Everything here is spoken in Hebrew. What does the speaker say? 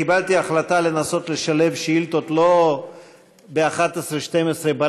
קיבלתי החלטה לנסות לשלב שאילתות לא בשעה 23:00 24:00,